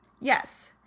Yes